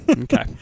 Okay